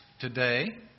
today